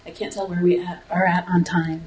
i can't tell where we are at on time